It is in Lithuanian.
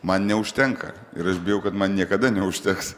man neužtenka ir aš bijau kad man niekada neužteks